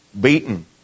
beaten